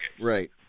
Right